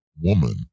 woman